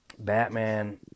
Batman